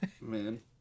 Man